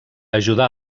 ajudà